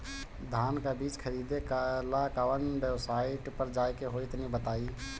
धान का बीज खरीदे ला काउन वेबसाइट पर जाए के होई तनि बताई?